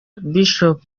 bishop